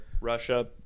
Russia